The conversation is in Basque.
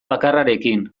bakarrarekin